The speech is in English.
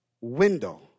window